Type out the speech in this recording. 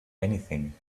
anything